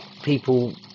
people